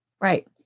right